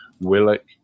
Willock